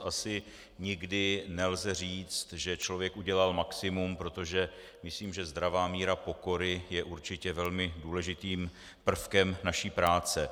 Asi nikdy nelze říct, že člověk udělal maximum, protože zdravá míra pokory je určitě velmi důležitým prvkem naší práce.